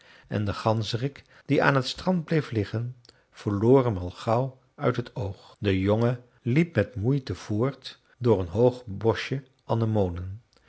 en de ganzerik die aan t strand bleef liggen verloor hem al gauw uit het oog de jongen liep met moeite voort door een hoog bosje anemonen